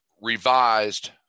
revised